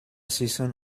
season